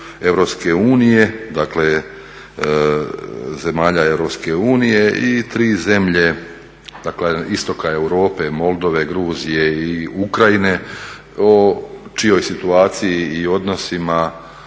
između EU, dakle zemalja EU i tri zemlje, dakle, istoka Europe, Moldove, Gruzije i Ukrajine o čijoj situaciji i odnosima,